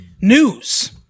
news